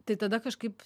tai tada kažkaip